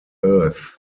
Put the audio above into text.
earth